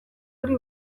hori